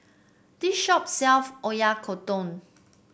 this shop sells Oyakodon